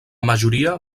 majoria